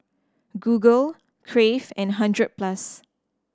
Google Crave and Hundred Plus